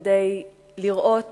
כדי לראות